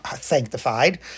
sanctified